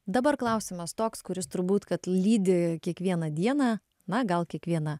dabar klausimas toks kuris turbūt kad lydi kiekvieną dieną na gal kiekvieną